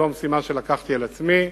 זאת המשימה שלקחתי על עצמי,